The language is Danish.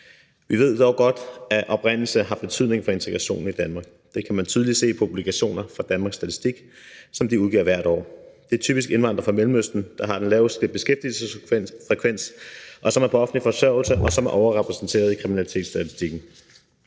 Vi ved dog godt, at oprindelse har betydning for integrationen i Danmark. Det kan man tydeligt se af publikationer fra Danmarks Statistik, som de udgiver hvert år. Det er typisk indvandrere fra Mellemøsten, der har den laveste beskæftigelsesfrekvens, som i højere grad er på offentlig forsørgelse, og som er overrepræsenteret i kriminalitetsstatistikken.